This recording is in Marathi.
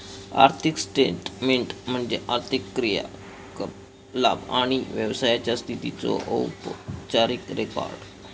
आर्थिक स्टेटमेन्ट म्हणजे आर्थिक क्रियाकलाप आणि व्यवसायाचा स्थितीचो औपचारिक रेकॉर्ड